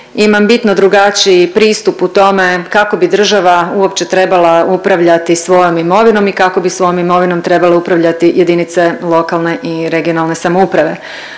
imam bitno drugačiji pristup u tome kako bi država uopće trebala upravljati svojom imovinom i kako bi svojom imovinom trebale upravljati jedinice lokalne i regionalne samouprave.